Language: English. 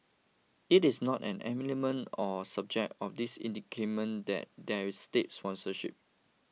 it is not an element or subject of this indictment that there is state sponsorship